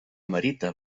merita